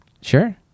sure